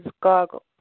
Goggles